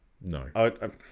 No